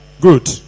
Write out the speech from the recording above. Good